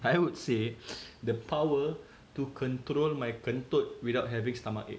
I would say the power to control my kentut without having stomachache